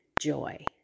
joy